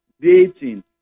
dating